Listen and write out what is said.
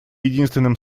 единственным